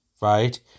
right